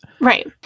Right